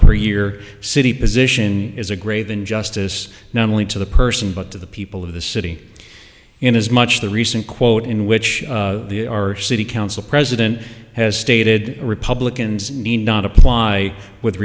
per year city position is a grave injustice not only to the person but to the people of the city in his much the recent quote in which our city council president has stated republicans need not apply with